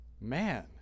Man